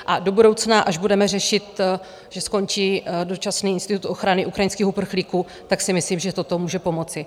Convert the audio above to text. A do budoucna, až budeme řešit, že skončí dočasný institut ochrany ukrajinských uprchlíků, tak si myslím, že toto může pomoci.